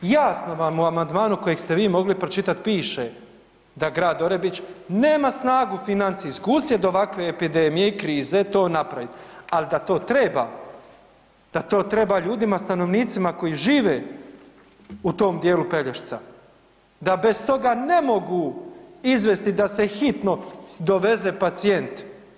Jasno vam je u amandmanu kojeg ste vi mogli pročitati piše da Grad Orebić nema snagu financijsku uslijed ovakve epidemije i krize to napraviti, ali da to treba, da to treba ljudima stanovnicima koji žive u tom dijelu Pelješca, da bez toga ne mogu izvesti da se hitno doveze pacijent.